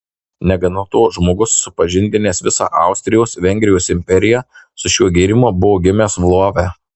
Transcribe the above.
negana to žmogus supažindinęs visą austrijos vengrijos imperiją su šiuo gėrimu buvo gimęs lvove